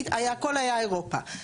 הכול היה אירופה.